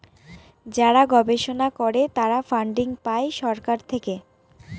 যারা গবেষণা করে তারা ফান্ডিং পাই সরকার থেকে